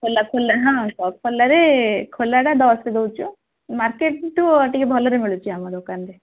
ଖୋଲା ଖୋଲା ହଁ ଖୋଲାରେ ଖୋଲାଟା ଦଶରେ ଦେଉଛୁ ମାର୍କେଟଠୁ ଟିକେ ଭଲରେ ମିଳୁଛି ଆମ ଦୋକାନରେ